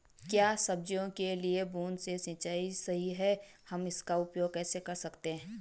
क्या सब्जियों के लिए बूँद से सिंचाई सही है हम इसका उपयोग कैसे कर सकते हैं?